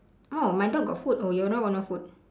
oh my dog got food oh your dog got no food